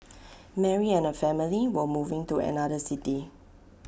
Mary and her family were moving to another city